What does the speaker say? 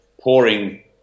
pouring